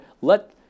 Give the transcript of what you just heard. let